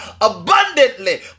abundantly